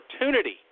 opportunity